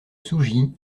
sougy